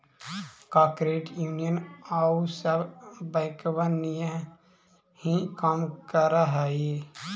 का credit union आउ सब बैंकबन नियन ही काम कर हई?